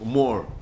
more